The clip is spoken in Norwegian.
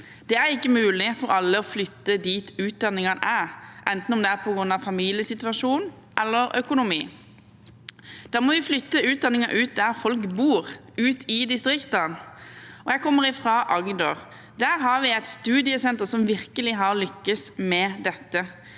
Det er ikke mulig for alle å flytte dit utdanningene er, enten det er på grunn av familiesituasjon eller økonomi. Da må vi flytte utdanningen ut dit folk bor, ut i distriktene. Jeg kommer fra Agder. Der har vi et studiesenter som virkelig har lyktes med dette.